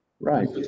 Right